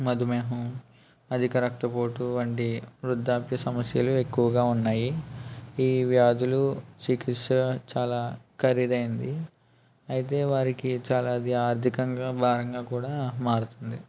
మధుమేహం అధిక రక్తపోటు వంటి వృద్ధాప్య సమస్యలు ఎక్కువగా ఉన్నాయి ఈ వ్యాధులు చికిత్స చాలా ఖరీదు అయ్యింది అయితే వారికి చాలా అధికంగా భారంగా కూడా మారుతుంది